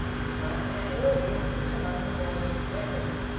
he might get up early and put it among the morning's letters.